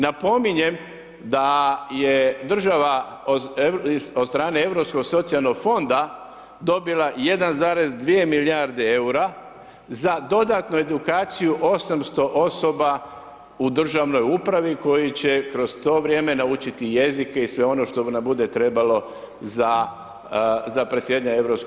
Napominjem da je država od strane Europskog socijalnog fonda dobila 1,2 milijarde eura za dodatnu edukaciju 800 osoba u državnoj upravi koji će kroz to vrijeme naučiti jezike i sve ono što nam bude trebalo za predsjedanje EU.